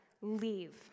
Leave